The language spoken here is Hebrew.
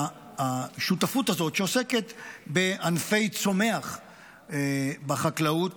שהשותפות הזאת, שעוסקת בענפי צומח בחקלאות,